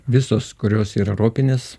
visos kurios yra ropinės